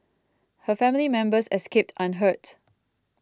her family members escaped unhurt